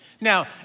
Now